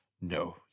No